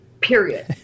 period